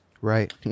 Right